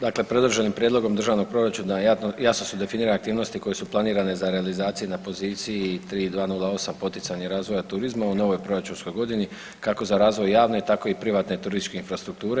Dakle, predloženim prijedlogom državnog proračuna jasno su definirane aktivnosti koje su planirane za realizaciju na poziciji 3208 poticanje razvoja turizma u novoj proračunskoj godini kako za razvoj javne tako i privatne turističke infrastrukture.